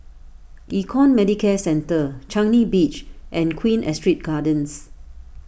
Econ Medicare Centre Changi Beach and Queen Astrid Gardens